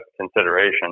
consideration